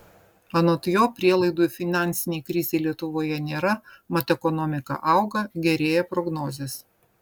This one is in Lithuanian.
anot jo prielaidų finansinei krizei lietuvoje nėra mat ekonomika auga gerėja prognozės